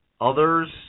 others